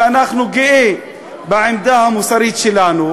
ואנחנו גאים בעמדה המוסרית שלנו,